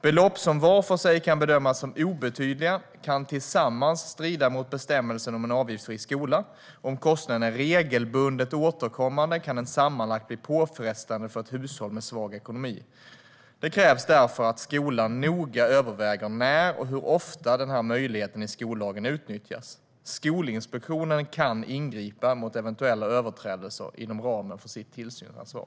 Belopp som var för sig kan bedömas som obetydliga kan tillsammans strida mot bestämmelserna om en avgiftsfri skola. Om kostnaden är regelbundet återkommande kan den sammanlagt bli påfrestande för ett hushåll med svag ekonomi. Det krävs därför att skolan noga överväger när och hur ofta denna möjlighet ska utnyttjas. Skolinspektionen kan ingripa mot eventuella överträdelser inom ramen för sitt tillsynsansvar.